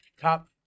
top